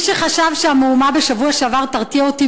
מי שחשב שהמהומה בשבוע שעבר תרתיע אותי